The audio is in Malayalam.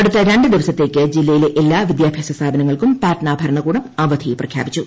അടുത്ത രണ്ട് ദീവസത്തേക്ക് ജില്ലയിലെ എല്ലാ വിദ്യാഭ്യാസ സ്ഥാപനങ്ങൾക്കും പ്രിറ്റ്ന ്ഭരണകൂടം അവധി പ്രഖ്യാപിച്ചു